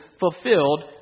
fulfilled